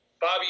Bobby